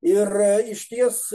ir išties